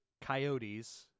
coyotes